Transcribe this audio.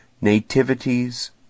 Nativities